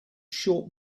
short